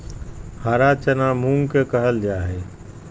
हरा चना मूंग के कहल जा हई